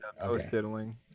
post-diddling